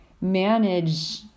manage